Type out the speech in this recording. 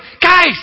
guys